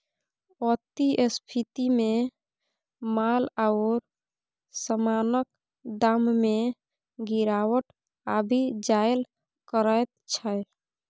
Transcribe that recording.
अति स्फीतीमे माल आओर समानक दाममे गिरावट आबि जाएल करैत छै